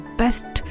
best